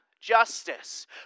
justice